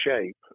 shape